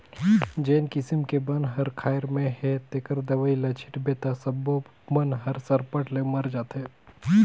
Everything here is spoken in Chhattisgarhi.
जेन किसम के बन हर खायर में हे तेखर दवई ल छिटबे त सब्बो बन हर सरपट ले मर जाथे